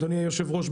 אדוני היושב-ראש,